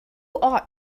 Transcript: ought